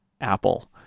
Apple